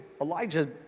Elijah